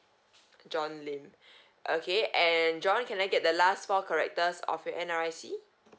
john lim okay and john can I get the last four characters of your N_R_I_C